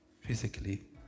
physically